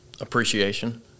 Appreciation